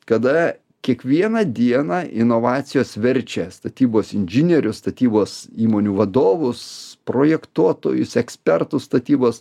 kada kiekvieną dieną inovacijos verčia statybos inžinierius statybos įmonių vadovus projektuotojus ekspertus statybos